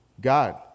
God